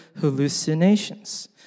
hallucinations